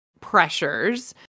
pressures